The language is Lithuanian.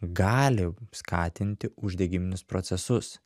gali skatinti uždegiminius procesus